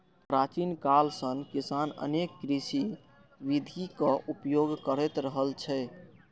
प्राचीन काल सं किसान अनेक कृषि विधिक उपयोग करैत रहल छै